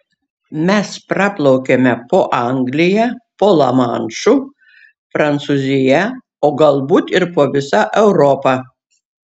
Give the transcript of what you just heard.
mes praplaukėme po anglija po lamanšu prancūzija o galbūt ir po visa europa